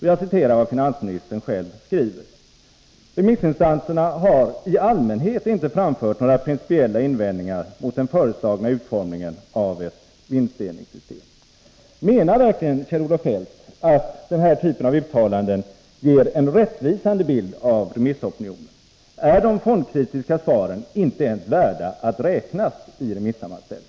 Jag citerar vad finansministern själv skriver: ”Remissinstanserna har i allmänhet inte framfört några principiella invändningar mot den föreslagna utformningen av ett vinstdelningssystem.” Menar verkligen Kjell-Olof Feldt att den här typen av uttalanden ger en rättvisande bild av remissopinionen? Är de fondkritiska svaren inte ens värda att räknas i remissammanställningen?